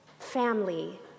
Family